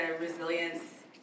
resilience